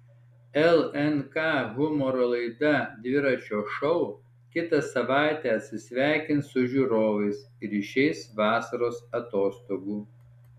lnk humoro laida dviračio šou kitą savaitę atsisveikins su žiūrovais ir išeis vasaros atostogų